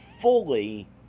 fully